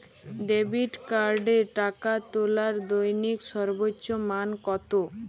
Debit কার্ডে টাকা তোলার দৈনিক সর্বোচ্চ মান কতো?